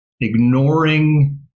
Ignoring